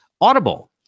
audible